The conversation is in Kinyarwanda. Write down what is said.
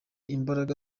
imbaraga